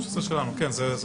זה שלנו.